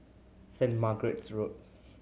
Saint Margaret's Road